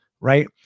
right